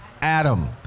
Adam